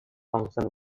function